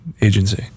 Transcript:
agency